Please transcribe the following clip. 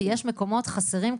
כי יש מקומות חסרים.